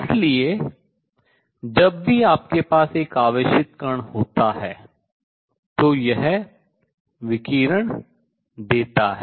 इसलिए जब भी आपके पास एक आवेशित कण होता है तो यह विकिरण देता है